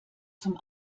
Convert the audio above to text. zum